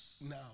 Now